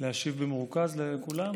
להשיב במרוכז לכולם?